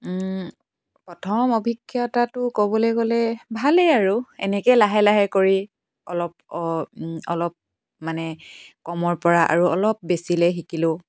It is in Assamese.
প্ৰথম অভিজ্ঞতাটো ক'বলৈ গ'লে ভালে আৰু এনেকৈ লাহে লাহে কৰি অলপ অলপ মানে কমৰ পৰা আৰু অলপ বেছিলৈ শিকিলোঁ